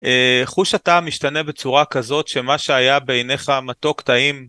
חוש הטעם משתנה בצורה כזאת, שמה שהיה בעיניך מתוק, טעים...